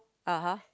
(uh huh)